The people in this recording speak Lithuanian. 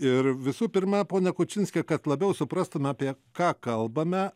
ir visų pirma pone kučinske kad labiau suprastume apie ką kalbame